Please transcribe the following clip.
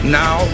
now